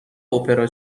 اپرا